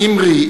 אמרי,